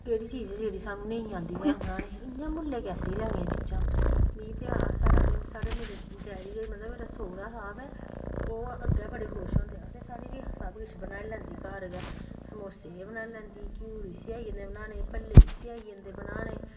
केह्ड़ी चीज़ ऐ जेह्ड़ी साह्नू नेईं औंदी घर बनाने गी इ'यां मुल्लें किसी लैनियां चीजां मिगी ते साढ़े डैडी मतलब जेह्ड़े सौह्रा साह्ब ऐं ओह् अग्गें गै बड़े खुश होंदे साढ़ी रेखा सब किश बनाई लैंदी घर गै समोसे एह् बनाई लैंदी घ्यूर इसी आई जंदे बनाने भल्ले इसी आई जंदे बनाने